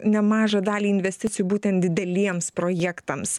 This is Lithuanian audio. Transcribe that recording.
nemažą dalį investicijų būtent dideliems projektams